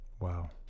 Wow